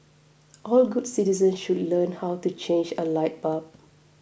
all good citizens should learn how to change a light bulb